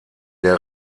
der